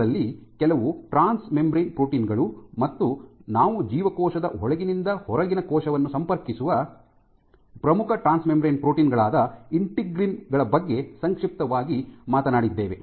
ಅವುಗಳಲ್ಲಿ ಕೆಲವು transmembrane protein ಗಳು ಮತ್ತು ನಾವು ಜೀವಕೋಶದ ಒಳಗಿನಿಂದ ಹೊರಗಿನ ಕೋಶವನ್ನು ಸಂಪರ್ಕಿಸುವ ಪ್ರಮುಖ ಟ್ರಾನ್ಸ್ಮೆಂಬ್ರೇನ್ ಪ್ರೋಟೀನ್ ಗಳಾದ ಇಂಟಿಗ್ರೀನ್ ಗಳ ಬಗ್ಗೆ ಸಂಕ್ಷಿಪ್ತವಾಗಿ ಮಾತನಾಡಿದ್ದೇವೆ